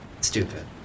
Stupid